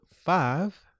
five